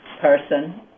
person